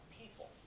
people